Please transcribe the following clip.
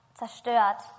zerstört